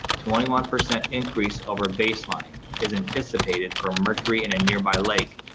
twenty one percent increase over baseline, is anticipated for mercury in a nearby lake,